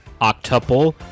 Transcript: octuple